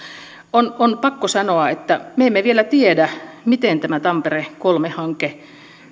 on on pakko sanoa että me emme vielä tiedä miten tämä tampere kolme hanke